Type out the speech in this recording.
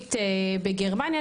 עירונית בגרמניה,